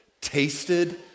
tasted